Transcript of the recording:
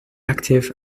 active